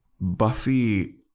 Buffy